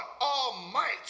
almighty